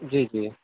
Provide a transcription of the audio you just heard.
جی جی